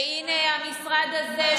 והינה המשרד הזה,